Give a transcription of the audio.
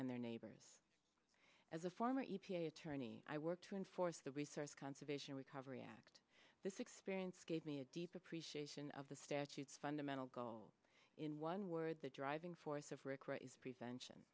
and their neighbors as a former e p a attorney i work to enforce the resource conservation recovery act this experience gave me a deep appreciation of the statutes fundamental goal in one word the driving force of recruiters prevention